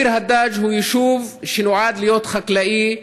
ביר הדאג' הוא יישוב שנועד להיות חקלאי.